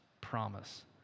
Promise